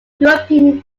european